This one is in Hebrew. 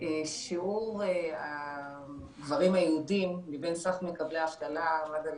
שיעור הגברים היהודים מבין סך מקבלי האבטלה עמד על